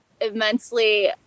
immensely